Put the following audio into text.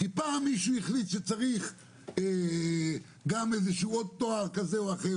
כי פעם מישהו החליט שצריך גם איזשהו תואר נוסף כזה או אחר,